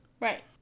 Right